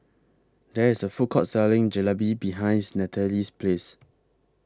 There IS A Food Court Selling Jalebi behinds Nathalie's House